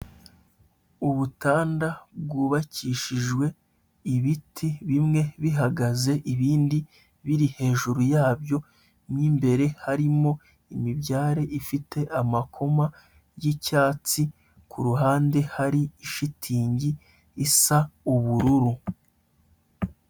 Ubutanda bwubakishijwe ibiti bimwe bihagaze ibindi biri hejuru yabyo, mo imbere harimo imibyare ifite amakoma y'icyatsi, ku ruhande hari ishitingi isa ubururu.